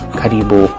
karibu